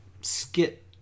skit